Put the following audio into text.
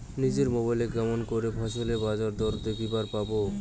নিজের মোবাইলে কেমন করে ফসলের বাজারদর দেখিবার পারবো?